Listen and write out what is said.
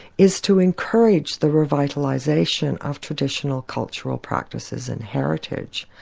is to encourage the revitalisation of traditional cultural practices and heritage.